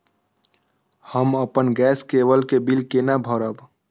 हम अपन गैस केवल के बिल केना भरब?